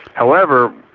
however,